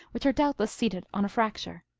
which are doubtless seated on a fracture.